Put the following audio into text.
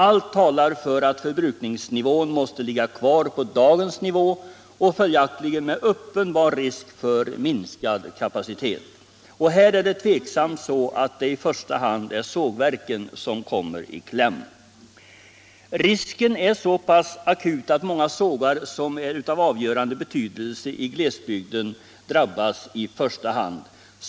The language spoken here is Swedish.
Allt talar för att förbrukningsnivån måste ligga kvar på dagens nivå, och följaktligen föreligger det en uppenbar risk för minskad kapacitet. Här är det otvivelaktigt sågverken som i första hand kommer i kläm. Risken är så akut att många sågar som är av avgörande betydelse i glesbygden drabbas i första hand.